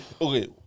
okay